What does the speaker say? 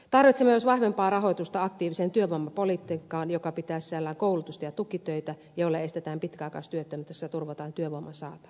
tarvitsemme myös vahvempaa rahoitusta aktiiviseen työvoimapolitiikkaan joka pitää sisällään koulutusta ja tukitöitä joilla estetään pitkäaikaistyöttömyyttä ja turvataan työvoiman saatavuus